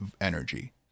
energy